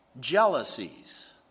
jealousies